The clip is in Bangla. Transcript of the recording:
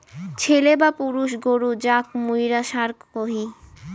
ছেলে বা পুরুষ গরু যাক মুইরা ষাঁড় কহি